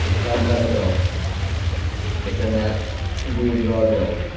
ते धन धन कराओ ते कन्नै दूर दराड़ जाओ